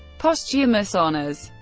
posthumous honours